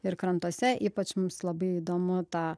ir krantuose ypač mums labai įdomu ta